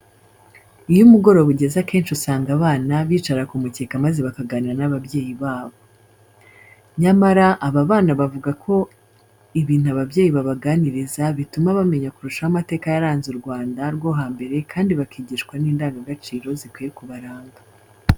Iyo umugoroba ugeze akenshi usanga abana bicara ku mukeka maze bakaganira n'ababyeyi babo. Nyamara, aba bana bavuga ko ibintu ababyeyi babo babaganiriza bituma bamenya kurushaho amateka yaranze u Rwanda rwo hambere kandi bakigishwa n'indangagaciro zikwiye kubaranga.